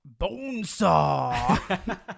Bonesaw